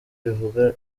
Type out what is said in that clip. rivuga